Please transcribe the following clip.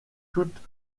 toutes